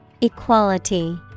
Equality